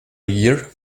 year